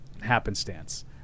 happenstance